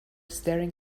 staring